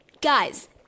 Guys